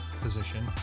position